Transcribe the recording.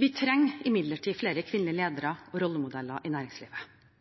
Vi trenger imidlertid flere kvinnelige ledere og rollemodeller i næringslivet,